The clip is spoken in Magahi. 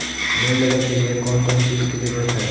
लोन लेबे के लिए कौन कौन चीज के जरूरत है?